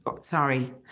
sorry